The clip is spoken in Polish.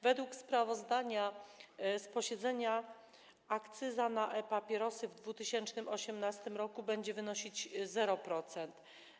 Według sprawozdania z posiedzenia akcyza na e-papierosy w 2018 r. będzie wynosić 0%.